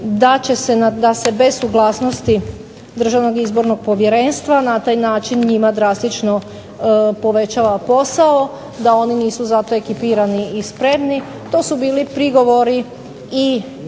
da se bez suglasnosti DIP-a na taj način njima drastično povećava posao, da oni nisu za to ekipirani i spremni. To su bili prigovori i